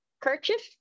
kerchief